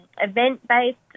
event-based